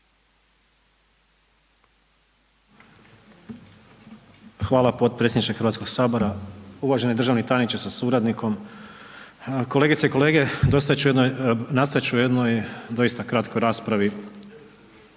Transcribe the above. Hvala potpredsjedniče Hrvatskog sabora. Uvaženi državni tajniče sa suradnikom. Kolegice i kolege. Nastojat ću u jednoj doista kratkoj raspravi